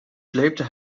sleepte